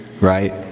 right